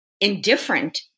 indifferent